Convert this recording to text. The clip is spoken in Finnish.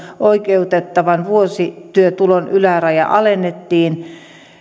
oikeuttavan vuosityötulon ylärajaa alennettiin